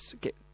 get